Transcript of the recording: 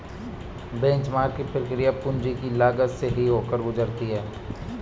benchmark की प्रक्रिया पूंजी की लागत से ही होकर गुजरती है